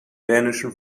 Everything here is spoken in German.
dänischen